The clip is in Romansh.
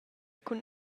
cun